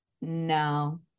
no